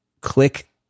click